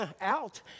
out